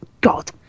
god